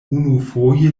unufoje